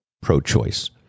pro-choice